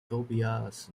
tobias